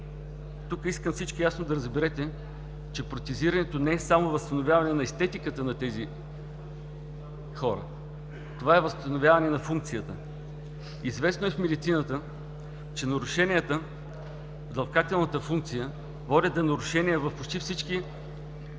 Тук искам всички ясно да разберете, че протезирането не е само възстановяване на естетиката на тези хора, това е възстановяване на функцията. Известно е в медицината, че нарушенията в дъвкателната функция водят до нарушения в почти всички